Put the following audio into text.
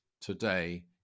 today